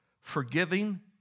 forgiving